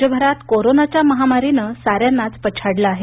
राज्यभरात कोरोनाच्या महामारीने सार्यांनाच पछाडल आहे